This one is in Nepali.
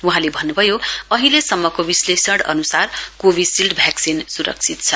वहाँले भन्न्भयो अहिलेसम्मको विश्लेषण अन्सार कोविशील्ड भ्याक्सिन स्रक्षित छ